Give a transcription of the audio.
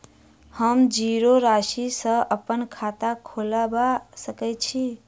हम जीरो राशि सँ अप्पन खाता खोलबा सकै छी?